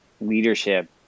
leadership